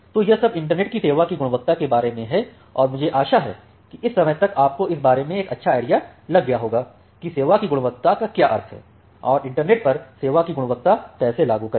तो यह सब इंटरनेट के सेवा की गुणवत्ता के बारे में है और मुझे आशा है कि इस समय तक आपको इस बारे में एक अच्छा आइडिया लग गया होगा कि सेवा की गुणवत्ता का क्या अर्थ है और इंटरनेट पर सेवा की गुणवत्ता कैसे लागू करें